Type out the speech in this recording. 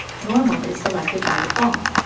normal is selected by default.